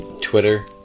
Twitter